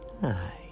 Hi